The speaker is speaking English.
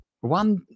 One